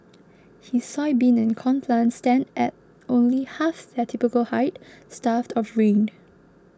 his soybean and corn plants stand at only half their typical height starved of rain